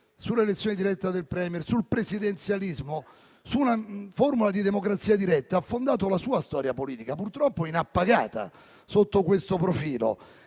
sull'elezione diretta del *Premier,* sul presidenzialismo, su una formula di democrazia diretta ha fondato la sua storia politica, purtroppo inappagata sotto questo profilo.